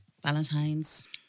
Valentine's